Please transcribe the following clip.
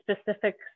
specific